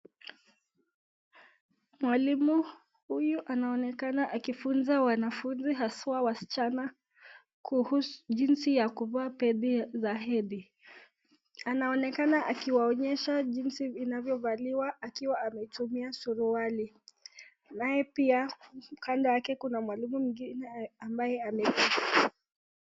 Mwalimu huyu anaonekana akifunza wanafunzi haswa wasichana jinsi ya kuvaa pedi za hedhi. Anaonekana akiwaonyesha jinsi inavyovaliwa akiwa ametumia suruali naye pia kando yake kuna mwalimu mwingine ambaye ameketi.